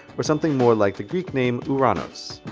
or something more like the greek name oo-ron-ohs.